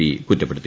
P കുറ്റപ്പെടുത്തി